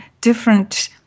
different